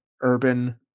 urban